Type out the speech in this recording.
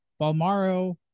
Balmaro